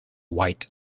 white